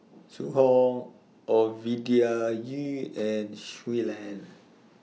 Zhu Hong Ovidia Yu and Shui Lan